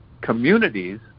communities